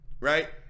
right